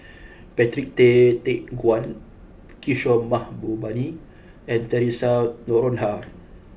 Patrick Tay Teck Guan Kishore Mahbubani and Theresa Noronha